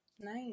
nice